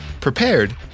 prepared